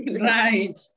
right